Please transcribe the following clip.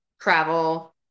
travel